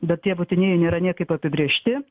bet tie būtinieji nėra niekaip apibrėžti